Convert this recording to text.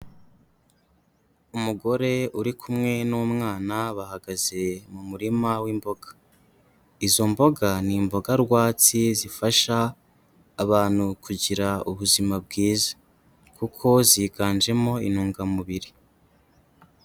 Umugore uri kumwe n'umwana bahagaze mu murima w'imboga. Izo mboga ni imboga rwatsi zifasha abantu kugira ubuzima bwiza. Kuko ziganjemo intungamubiri.